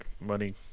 money